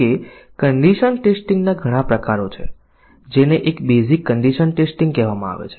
આને સ્ટ્રક્ચરલ પરીક્ષણ કહેવામાં આવે છે કારણ કે કોડના બંધારણની તપાસ કરીને પરીક્ષણના કેસો વિકસિત કરવામાં આવે છે